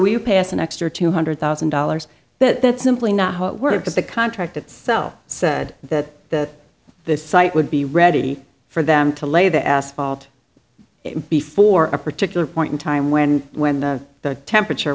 we passed an extra two hundred thousand dollars but that's simply not worth it because the contract itself said that this site would be ready for them to lay the asphalt before a particular point in time when when the temperature